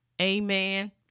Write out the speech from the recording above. Amen